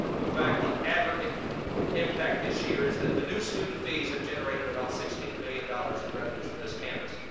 in fact, the aggregate impact this year is that the new student fees have generated about sixteen million dollars in revenues for this campus,